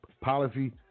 policy